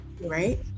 right